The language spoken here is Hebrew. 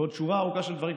ובעוד שורה ארוכה של דברים,